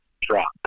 drop